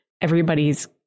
everybody's